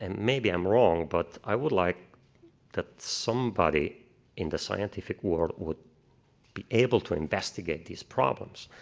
and maybe i'm wrong, but i would like that somebody in the scientific world would be able to investigate these problems.